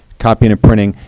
copying and printing.